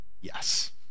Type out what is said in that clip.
Yes